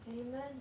Amen